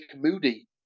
Moody